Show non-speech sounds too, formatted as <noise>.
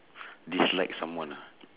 <breath> dislike someone ah